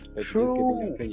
True